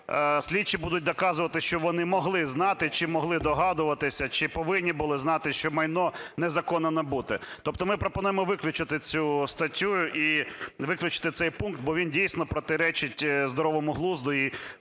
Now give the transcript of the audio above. слідчі будуть доказувати, що вони могли знати чи могли здогадуватися, чи повинні були знати, що майно незаконно набуте. Тобто ми пропонуємо виключити цю статтю і виключити цей пункт, бо він, дійсно, протирічить здоровому глузду